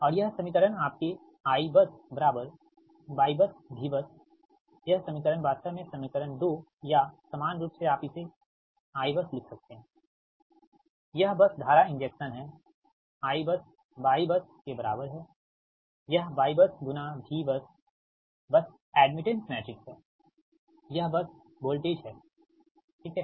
और यह समीकरण आपके IbusYbusVbusयह समीकरण वास्तव में समीकरण 2 या सामान्य रूप से आप इसे I बस लिख सकते हैं यह बस धारा इंजेक्शन है I बस y बस के बराबर है यह y बस गुणा V बसबस एड्मिटेंस मैट्रिक्स है यह बस वोल्टेज है ठीक है